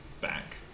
back